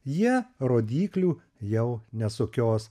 jie rodyklių jau nesukios